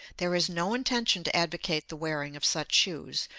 there is no intention to advocate the wearing of such shoes,